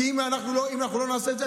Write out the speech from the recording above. כי אם אנחנו לא נעשה את זה,